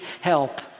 help